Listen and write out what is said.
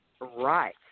right